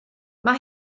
mae